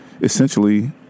essentially